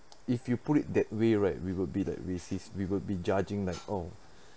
if you put it that way right we would be like racist we would be judging like oh